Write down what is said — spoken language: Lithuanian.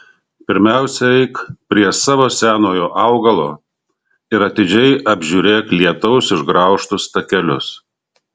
pirmiausia eik prie savo senojo augalo ir atidžiai apžiūrėk lietaus išgraužtus takelius